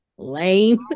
Lame